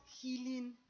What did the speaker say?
healing